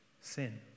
sin